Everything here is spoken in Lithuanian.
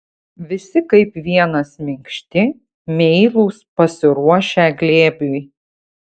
visi kaip vienas minkšti meilūs pasiruošę glėbiui